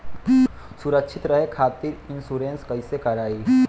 सुरक्षित रहे खातीर इन्शुरन्स कईसे करायी?